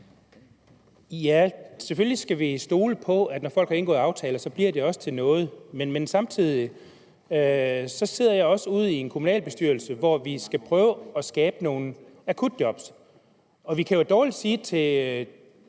Selvfølgelig skal vi stole på, at når folk har indgået aftaler, bliver de også til noget. Men jeg sidder også i en kommunalbestyrelse, hvor vi skal prøve at skabe nogle akutjob, og vi kan jo dårligt sige til